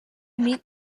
meet